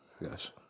yes